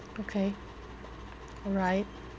okay alright